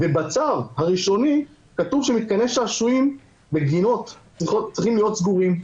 ובצו הראשוני כתוב שמתקני שעשועים בגינות צריכים להיות סגורים.